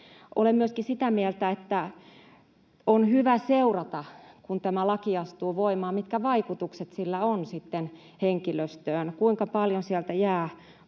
Olen myöskin sitä mieltä, että on hyvä seurata, kun tämä laki astuu voimaan, mitkä vaikutukset sillä sitten on henkilöstöön: kuinka paljon sieltä jää pois